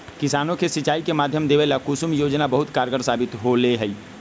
किसानों के सिंचाई के माध्यम देवे ला कुसुम योजना बहुत कारगार साबित होले है